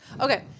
Okay